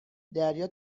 دریا